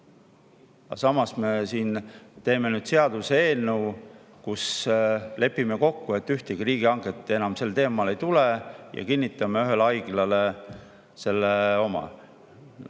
samas me siin teeme nüüd seaduseelnõu, kus lepime kokku, et ühtegi riigihanget enam sellel teemal ei tule, ja kinnitame ühele haiglale selle oma.